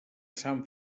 sant